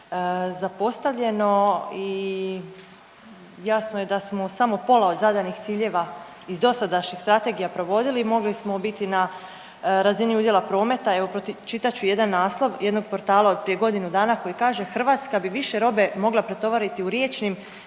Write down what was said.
zapostavljeno i jasno je da u smo pola od zadanih ciljeva iz dosadašnjih strategija provodili, mogli smo biti na razini udjela prometa. Evo pročitat ću jedan naslov jednog portala od prije godinu dana koji kaže „Hrvatska bi više robe mogla pretovariti u riječnim